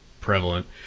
prevalent